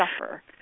suffer